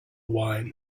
wine